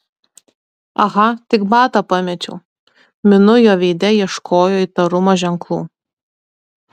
aha tik batą pamečiau minu jo veide ieškojo įtarumo ženklų